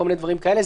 כל מיני דברים כאלה?